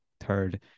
third